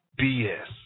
BS